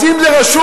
אז אם זה רשום,